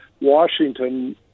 Washington